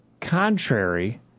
contrary